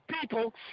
people